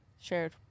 shared